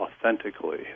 authentically